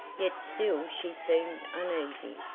yet still she seemed uneasy,